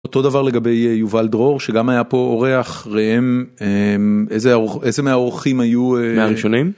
אותו דבר לגבי יובל דרור שגם היה פה אורח, ראם איזה מהאורחים היו...? מהראשונים.